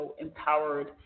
empowered